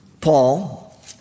Paul